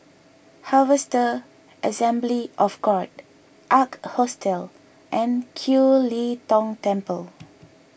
Harvester Assembly of God Ark Hostel and Kiew Lee Tong Temple